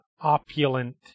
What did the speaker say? opulent